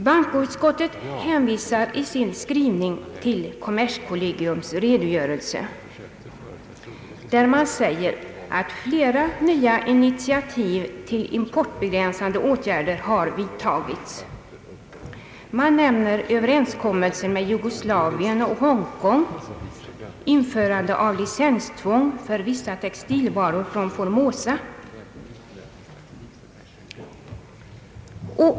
Bankoutskottet hänvisar i sin skrivning till kommerskollegiets redogörelse, där det sägs att flera nya initiativ till importbegränsande åtgärder har tagits. I redogörelsen nämns Ööverenskommelser med Jugoslavien och Hongkong och införande av importlicenstvång för vissa textilvaror från Formosa.